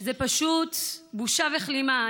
זה פשוט בושה וכלימה.